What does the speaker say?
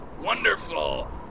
Wonderful